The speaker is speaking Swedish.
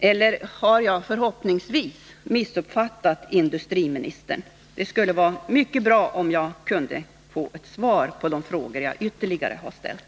Eller har jag — förhoppningsvis — missuppfattat industriministern? Det skulle vara mycket bra om jag kunde få svar på de frågor som jag ytterligare har ställt.